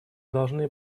должны